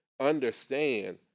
understand